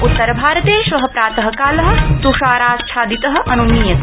उत्तरभारते श्व प्रात काल तुषाराच्छादित अनुमीयते